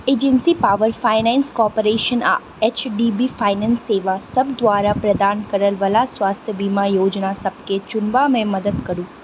agency power finance corporation आ HDB finance सेवा सब द्वारा प्रदान करयबला स्वास्थ्य बीमा योजना सबकेँ चुनबामे मददि करू